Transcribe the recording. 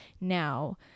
now